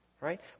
right